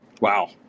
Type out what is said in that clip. wow